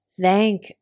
thank